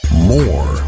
More